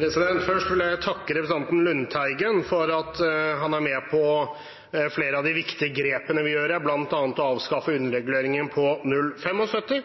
Først vil jeg takke representanten Lundteigen for at han er med på flere av de viktige grepene vi gjør her, bl.a. å avskaffe